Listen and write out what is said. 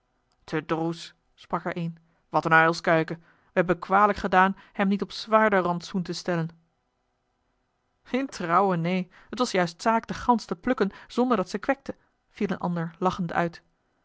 te droes sprak er een wat een uilskuiken we hebben kwalijk gedaan hem niet op zwaarder rantsoen te stellen in trouwe neen het was juist zaak de gans te plukken zonder dat ze kwekte viel een ander lachend uit